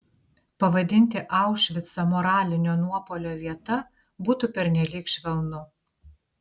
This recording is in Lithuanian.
pavadinti aušvicą moralinio nuopuolio vieta būtų pernelyg švelnu